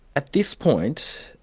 at this point,